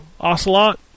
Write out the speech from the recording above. Ocelot